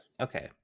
Okay